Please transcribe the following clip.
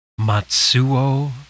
Matsuo